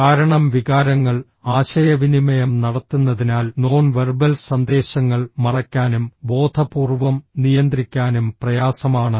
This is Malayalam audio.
കാരണം വികാരങ്ങൾ ആശയവിനിമയം നടത്തുന്നതിനാൽ നോൺ വെർബൽ സന്ദേശങ്ങൾ മറയ്ക്കാനും ബോധപൂർവ്വം നിയന്ത്രിക്കാനും പ്രയാസമാണ്